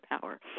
power